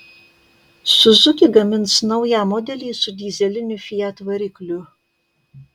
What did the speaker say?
suzuki gamins naują modelį su dyzeliniu fiat varikliu